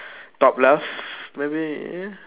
top left maybe